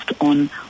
on